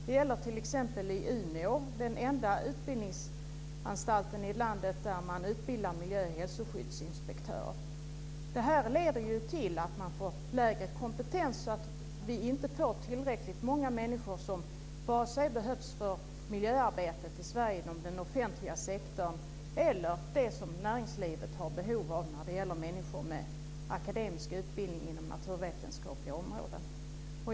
Det gäller t.ex. i Umeå, den enda utbildningsanstalten i landet där man utbildar miljö och hälsoskyddsinspektörer. Det leder också till att man får lägre kompetens och till att vi inte får tillräckligt många människor för miljöarbetet inom den offentliga sektorn i Sverige eller för näringslivets behov när det gäller människor med akademisk utbildning inom naturvetenskapliga områden.